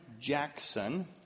Jackson